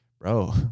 bro